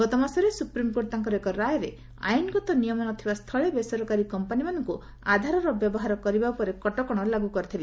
ଗତମାସରେ ସୁପ୍ରିମ୍କୋର୍ଟ ତାଙ୍କର ଏକ ରାୟରେ ଆଇନଗତ ନିୟମ ନ ଥିବା ସ୍ଥଳେ ବେସରକାରୀ କମ୍ପାନୀମାନଙ୍କୁ ଆଧାରର ବ୍ୟବହାର କରିବା ଉପରେ କଟକଣା ଲାଗୁ କରିଥିଲେ